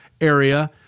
area